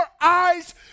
eyes